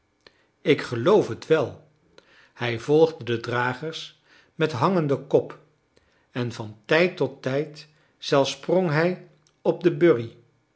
ik geloof het wel hij volgde de dragers met hangenden kop en van tijd tot tijd zelfs sprong hij op de burrie